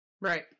Right